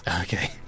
Okay